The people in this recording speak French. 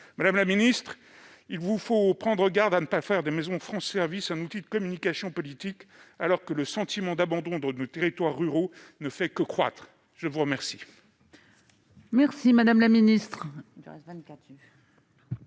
Madame la secrétaire d'État, il vous faut prendre garde de faire des maisons France Services un outil de communication politique, alors que le sentiment d'abandon dans nos territoires ruraux ne fait que croître. La parole